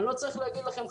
אני לא צריך להגיד לכם,